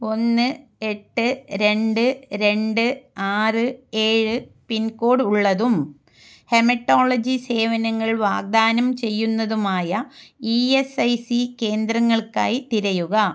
ഒന്ന് എട്ട് രണ്ട് രണ്ട് ആറ് ഏഴ് പിൻകോഡ് ഉള്ളതും ഹെമറ്റോളജി സേവനങ്ങൾ വാഗ്ദാനം ചെയ്യുന്നതുമായ ഇ എസ് ഐ സി കേന്ദ്രങ്ങൾക്കായി തിരയുക